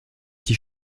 die